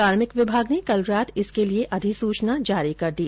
कार्मिक विभाग ने कल रात इसके लिये अधिसूचना जारी कर दी